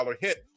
hit